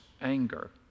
anger